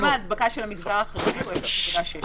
בשוק קמעונאי או ביריד, 2. בפסקה (7א)